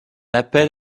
appel